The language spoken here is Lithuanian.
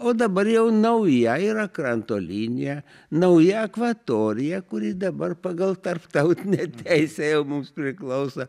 o dabar jau nauja yra kranto linija nauja akvatorija kuri dabar pagal tarptautinę teisę jau mums priklauso